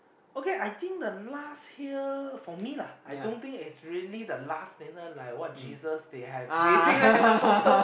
okay I think the last here for me lah I don't think is really the last then later what Jesus they have they say like the photo